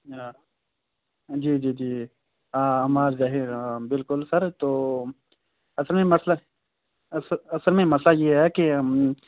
جی جی جی عمار ظہیر بالکل سر تو اصل میں مسئلہ اصل میں مسئلہ یہ ہے کہ